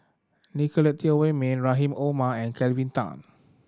Nicolette Teo Wei Min Rahim Omar and Kelvin Tan